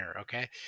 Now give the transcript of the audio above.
Okay